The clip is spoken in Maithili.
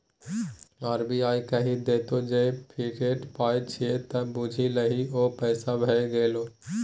आर.बी.आई कहि देतौ जे ई फिएट पाय छियै त बुझि लही ओ पैसे भए गेलै